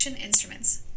...instruments